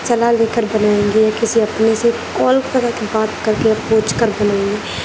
صلاح لے کر بنائیں گے کسی اپنے سے کال کرا کے بات کر کے پوچھ کر بنائیں گے